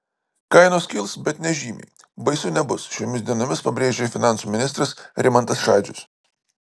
kainos kils bet nežymiai baisu nebus šiomis dienomis pabrėžė finansų ministras rimantas šadžius